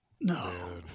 No